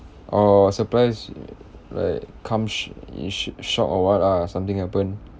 oh surprise err like come sh~ y~ shock or [what] ah something happen